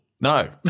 No